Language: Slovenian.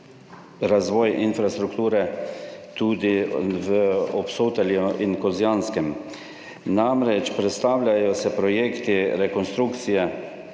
razvoj infrastrukture tudi v Obsotelju in na Kozjanskem. Namreč, prestavljajo se projekti rekonstrukcije